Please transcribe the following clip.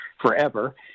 forever